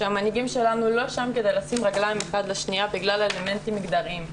שהמנהיגים שלנו לא שם כדי לשים רגליים אחת לשנייה בגלל אלמנטים מגדריים,